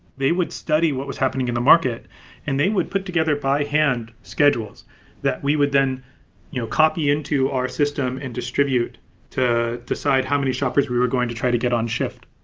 they would study what was happening in the market and they would put together by hand schedules that we would then you know copy into our system and distribute to decide how many shoppers we were going to try to get on shift.